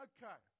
Okay